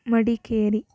Madikeri